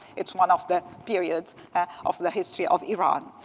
it's one of the periods of the history of iran.